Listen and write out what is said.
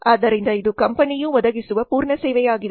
ಆದ್ದರಿಂದ ಇದು ಕಂಪನಿಯು ಒದಗಿಸುವ ಪೂರ್ಣ ಸೇವೆಯಾಗಿದೆ